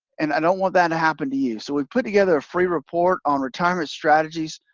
and i don't want that to happen to you, so we've put together a free report on retirement strategies.